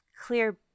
clear